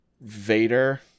Vader